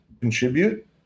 contribute